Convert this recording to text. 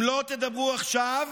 אם לא תדברו עכשיו,